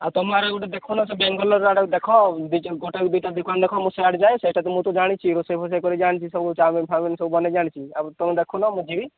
ଆଉ ତୁମ ଆଡ଼େ ଗୋଟେ ଦେଖୁନ ବାଙ୍ଗାଲୋର ଆଡ଼େ ଦେଖ ଦୁଇ ଗୋଟା ଦୁଇଟା ଦୋକାନ ଦେଖ ମୁଁଇ ଆଡ଼େ ଯାଏ ସେଟା ତ ମୁଁ ତ ଜାଣିିଛି ରୋଷେଇ ଫୋଷେଇ କରି ଜାଣିଛି ଚାଓମିନ ଫାଓମିନ ଜାଣିିଛି ଆଉ ତେ ଦେଖୁନ ମୁଁ ଯିବି